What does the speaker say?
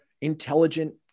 intelligent